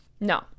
No